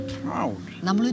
proud